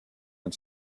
had